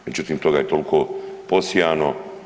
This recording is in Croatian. Međutim, toga je toliko posijano.